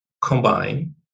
combine